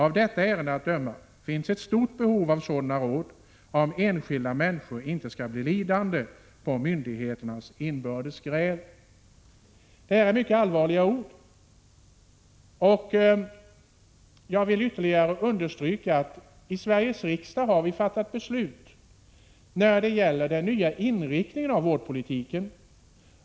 Av detta ärende att döma finns ett stort behov av sådana råd, om enskilda människor inte skall bli lidande på myndigheternas inbördes gräl.” Detta är mycket allvarliga ord, och jag vill ytterligare understryka att vi i Sveriges riksdag har fattat beslut när det gäller den nya inriktningen av vårdpolitiken.